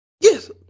Yes